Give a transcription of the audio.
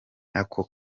ako